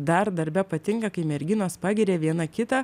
dar darbe patinka kai merginos pagiria viena kitą